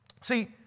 See